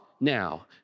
now